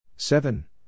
Seven